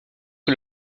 que